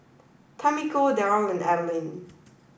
Tamiko Darrel and Adeline